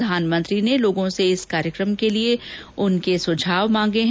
प्रधानमंत्री ने लोगों से इस कार्यक्रम के लिए उनके सुझाव मांगे है